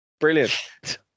Brilliant